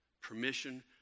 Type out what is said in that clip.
permission